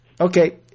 Okay